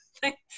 thanks